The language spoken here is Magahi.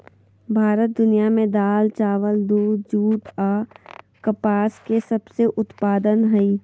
भारत दुनिया में दाल, चावल, दूध, जूट आ कपास के सबसे उत्पादन हइ